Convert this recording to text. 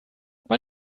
man